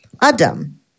Adam